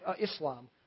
Islam